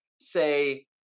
say